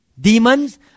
demons